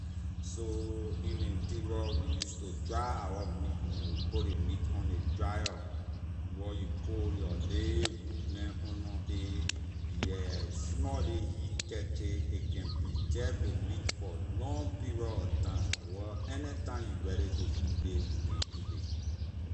So in ley interior we use to dry our meat neh we put ley meat on ley dryer wor you put your ley wood neh under a yeah small lay heat touch it a can preserve ley meat for long period of time wor anytime you ready to eat ley you can eat ley.